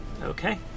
Okay